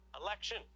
election